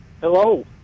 hello